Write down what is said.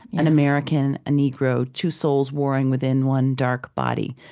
an american, a negro, two souls warring within one dark body.